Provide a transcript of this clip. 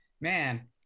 man